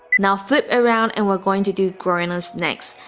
now flip around and we're going to do groiners next,